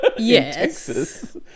Yes